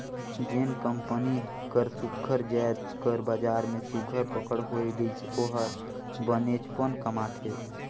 जेन कंपनी कर सुग्घर जाएत कर बजार में सुघर पकड़ होए गइस ओ हर बनेचपन कमाथे